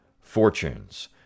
fortunes